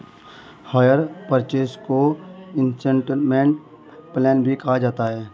higher purchase को instalment plan भी कहा जाता है